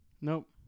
Nope